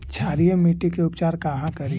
क्षारीय मिट्टी के उपचार कहा करी?